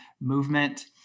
movement